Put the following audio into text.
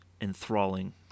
enthralling